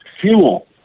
Fuel